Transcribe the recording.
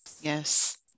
Yes